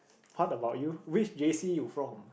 how about you which j_c you from